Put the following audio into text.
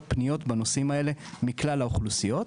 פניות בנושאים האלה מכלל האוכלוסיות.